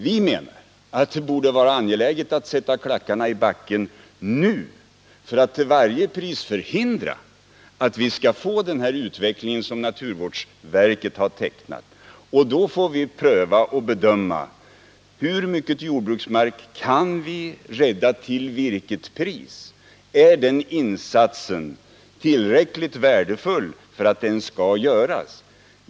Vi menar att det borde vara angeläget att sätta klackarna i backen nu för att till varje pris förhindra en sådan utveckling som den naturvårdsverket har tecknat. Då får vi pröva frågan hur mycket jordbruksmark vi kan rädda och till vilket pris och vidare om insatsen är tillräckligt värdefull för att göras.